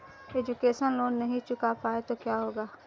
Education loan नहीं चुका पाए तो क्या होगा?